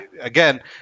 Again